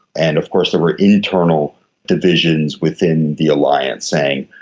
and of course there were internal divisions within the alliance saying,